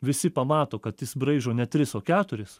visi pamato kad jis braižo ne tris o keturis